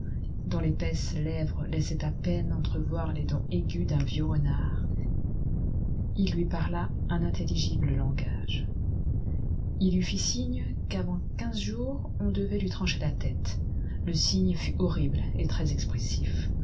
dont l'épaisse lèvre laissait à peine entrevoir les dents aiguës d'un vieux renard il lui parla un inintelligible langage il lui fit signe qu'avant quinze jours on devait lui trancher la tête le signe fut horrible et